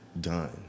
done